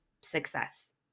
success